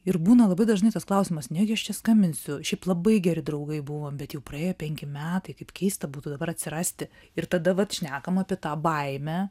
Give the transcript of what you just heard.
ir būna labai dažnai tas klausimas negi aš čia skambinsiu šiaip labai geri draugai buvom bet jau praėjo penki metai kaip keista būtų dabar atsirasti ir tada vat šnekam apie tą baimę